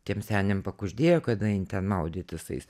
tiem seniam pakuždėjo kad jinai ten maudytis ais